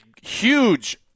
huge